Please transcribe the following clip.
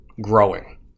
growing